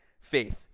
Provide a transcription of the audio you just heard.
faith